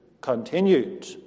continued